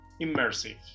immersive